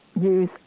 use